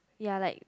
ya like